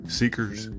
seekers